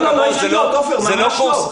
זה לא שיחות אישיות, ממש לא.